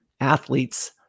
athletes